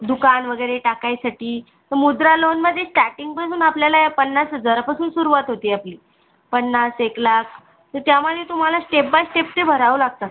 दुकान वगैरे टाकायसाठी तर मुद्रा लोनमध्ये स्टार्टिंगपासून आपल्याला या पन्नास हजारापासून सुरुवात होते आपली पन्नास एक लाख तर त्यामध्ये तुम्हाला स्टेप बाय स्टेप ते भरावं लागतं